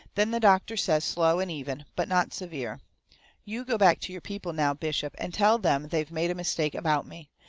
then the doctor says slow and even, but not severe you go back to your people now, bishop, and tell them they've made a mistake about me.